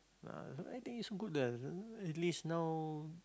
[ah]I think is good lah then at least now